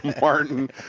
Martin